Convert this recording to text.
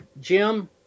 Jim